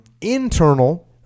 Internal